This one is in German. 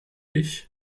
ich